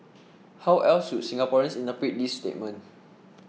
how else should Singaporeans interpret this statement